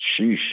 Sheesh